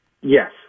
Yes